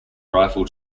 rifle